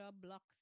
blocks